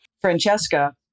Francesca